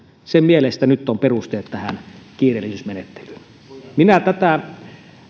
sen mielestä nyt on perusteet tähän kiireellisyysmenettelyyn minä tätä